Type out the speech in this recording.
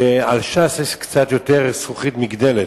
ועל ש"ס יש קצת יותר זכוכית מגדלת,